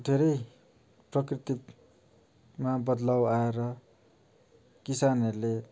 धेरै प्रकृतिमा बद्लाउ आएर किसानहरूले